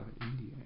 India